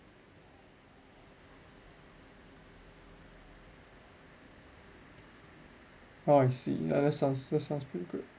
oh I see ah that sounds that sounds pretty good